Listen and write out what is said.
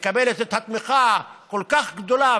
מקבלת תמיכה כל כך גדולה,